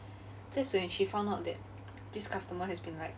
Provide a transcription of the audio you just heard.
that's when she found out that this customer has been like